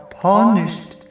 punished